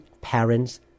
parents